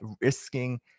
risking